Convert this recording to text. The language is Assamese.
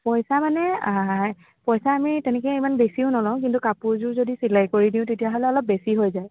পইচা মানে পইচা আমি তেনেকৈ ইমান বেছিও নলও কিন্তু কাপোৰযোৰ যদি চিলাই কৰি দিওঁ তেতিয়া হ'লে অলপ বেছি হৈ যায়